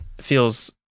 feels